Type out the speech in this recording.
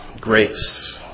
grace